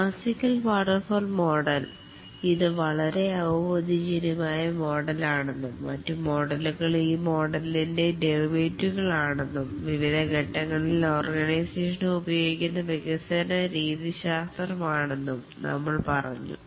classical waterfall model ഇത് വളരെ അവബോധ ജന്യമായ മോഡൽ ആണെന്നും മറ്റും മോഡലുകൾ ഈ മോഡലിന്റെ ഡെറിവേ റ്റുകൾ ആണെന്നും വിവിധ ഘട്ടങ്ങളിൽ ഓർഗനൈസേഷൻ ഉപയോഗിക്കുന്നവികസന രീതിശാസ്ത്രം ആണെന്നും നമ്മൾ പറഞ്ഞു